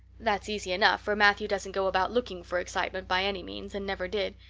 that's easy enough, for matthew doesn't go about looking for excitement by any means and never did,